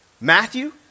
Matthew